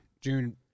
June